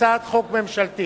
הצעת חוק ממשלתית.